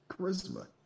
charisma